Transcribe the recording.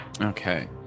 Okay